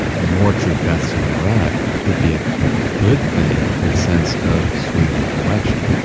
more troop deaths in iraq would be a good thing in the sense of swinging the election.